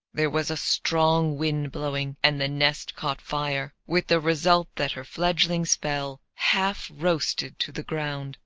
there was a strong wind blowing, and the nest caught fire, with the result that her fledglings fell half-roasted to the ground.